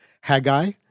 Haggai